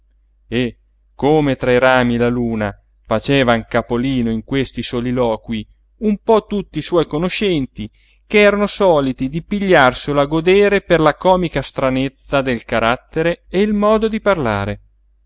e come tra i rami la luna facevan capolino in questi soliloquii un po tutti i suoi conoscenti che eran soliti di pigliarselo a godere per la comica stranezza del carattere e il modo di parlare